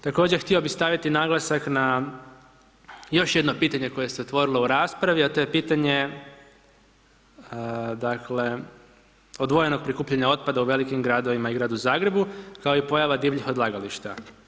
Također htio bih staviti naglasak na još jedno pitanje koje se otvorilo u raspravi, a to je pitanje, dakle, odvojenog prikupljanja otpada u velikim gradovima i Gradu Zagrebu, kao i pojava divljih odlagališta.